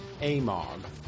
AMOG